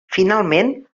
finalment